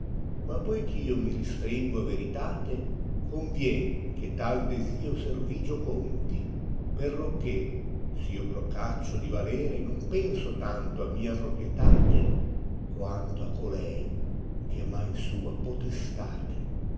ma poich io mi ristrìngo a ventate gonvien che tal desiò servigio conti perocché s io procaccio di valere lion penso tanto a mia propietate quanto a colei ohe m ha in sua podestate